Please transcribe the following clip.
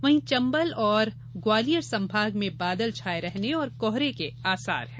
वहीं चंबल और ग्वालियर संभाग में बादल छाये रहने और कोहरे के आसार हैं